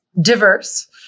diverse